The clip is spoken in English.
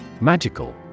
Magical